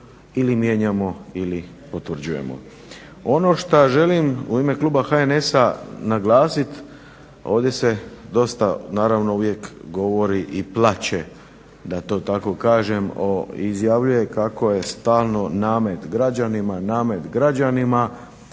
biti mijenjamo ili potvrđujemo. Ono šta želim u ime Kluba HNS-a naglasit ovdje se dosta naravno uvijek govori i plače da to tako kažem i izjavljuje kako je stalno namet građanima, namet građanima